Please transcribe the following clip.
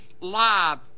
Live